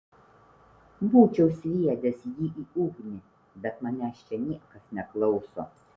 būčiau sviedęs jį į ugnį bet manęs čia niekas neklauso